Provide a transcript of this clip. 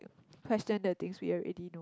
question the things we already know